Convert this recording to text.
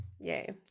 Yay